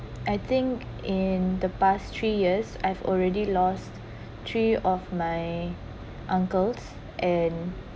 I think in the past three years I've already lost three of my uncles and